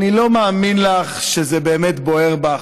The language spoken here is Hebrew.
אני לא מאמין לך שזה באמת בוער בך,